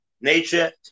nature